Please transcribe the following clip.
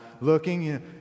looking